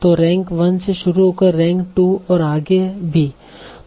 तो रैंक 1 से शुरू होकर रैंक 2 और आगे भी